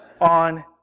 on